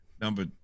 Number